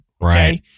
Right